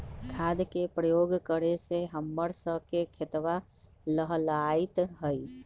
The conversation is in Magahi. खाद के प्रयोग करे से हम्मर स के खेतवा लहलाईत हई